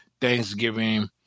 Thanksgiving